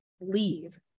leave